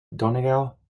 donegal